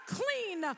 clean